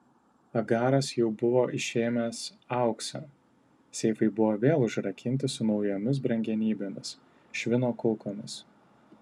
agaras jau buvo išėmęs auksą seifai buvo vėl užrakinti su naujomis brangenybėmis švino kulkomis